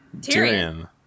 Tyrion